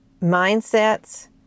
mindsets